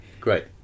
great